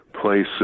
place